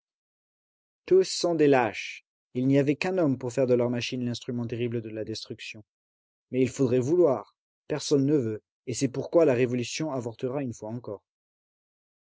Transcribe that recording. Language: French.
tous sont des lâches il n'y avait qu'un homme pour faire de leur machine l'instrument terrible de la destruction mais il faudrait vouloir personne ne veut et c'est pourquoi la révolution avortera une fois encore